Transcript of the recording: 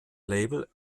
label